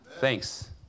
Thanks